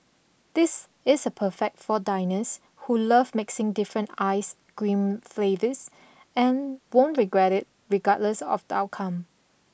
this is perfect for diners who love mixing different ice cream flavours and won't regret it regardless of the outcome